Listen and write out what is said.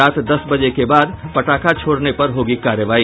रात दस बजे के बाद पटाखा छोड़ने पर होगी कार्रवाई